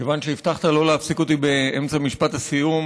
כיוון שהבטחת לא להפסיק אותי באמצע משפט הסיום,